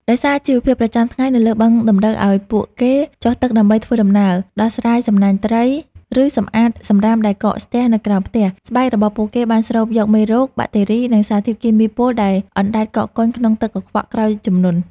ដោយសារជីវភាពប្រចាំថ្ងៃនៅលើបឹងតម្រូវឱ្យពួកគេចុះទឹកដើម្បីធ្វើដំណើរ ដោះស្រាយសំណាញ់ត្រី ឬសម្អាតសម្រាមដែលកកស្ទះនៅក្រោមផ្ទះ ស្បែករបស់ពួកគេបានស្រូបយកមេរោគ បាក់តេរី និងសារធាតុគីមីពុលដែលអណ្ដែតកកកុញក្នុងទឹកកខ្វក់ក្រោយជំនន់។